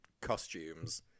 costumes